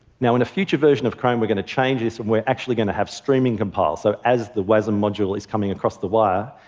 now, in a future version of chrome, we're going to change this and we're actually going to have streaming compile. so as the wasm module is coming across the wire,